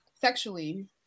sexually